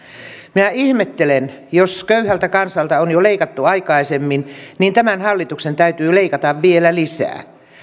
minä ihmettelen että jos köyhältä kansalta on leikattu jo aikaisemmin niin tämän hallituksen täytyy leikata vielä lisää